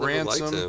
Ransom